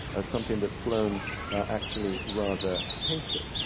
something that sloane actually rather hated.